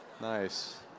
Nice